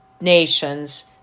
Nations